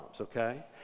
okay